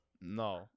No